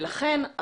לכן,